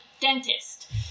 dentist